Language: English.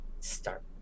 Start